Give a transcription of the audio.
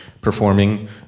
performing